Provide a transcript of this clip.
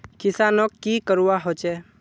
किसानोक की करवा होचे?